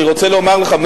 אני רוצה לומר לך,